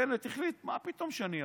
בנט החליט: מה פתאום שאני אבוא?